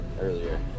earlier